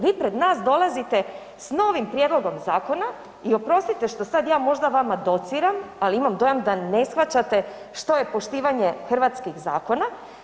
Vi pred nas dolazite s novim prijedlogom zakona i oprostite što sad je možda vama dociram, ali imam dojam da ne shvaćate što je poštivanje hrvatskih zakona.